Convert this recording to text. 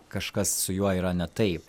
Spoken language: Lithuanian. kažkas su juo yra ne taip